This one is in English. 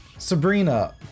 Sabrina